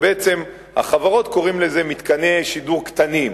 החברות קוראות לזה "מתקני שידור קטנים",